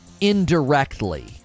indirectly